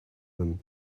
him